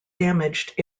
damaged